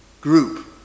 group